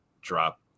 drop